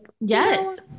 yes